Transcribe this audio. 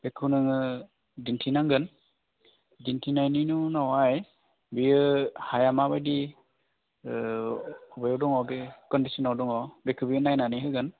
बेखौ नोङो दिन्थिनांगोन दिन्थिनायनि उनावहाय बेयो हाया माबायदि माबायाव दङ बे कण्डिसनाव दङ बेखौ बियो नायनानै होगोन